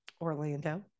Orlando